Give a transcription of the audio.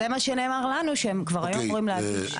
זה מה שנאמר לנו, שהם כבר היו אמורים להגיש.